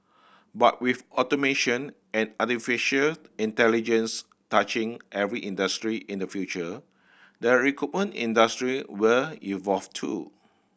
but with automation and artificial intelligence touching every industry in the future the recruitment industry will evolve too